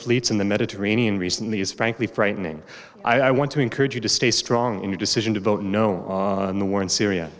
fleets in the mediterranean recently is frankly frightening i want to encourage you to stay strong in your decision to vote no on the war in syria